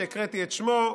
שהקראתי את שמו,